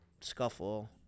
scuffle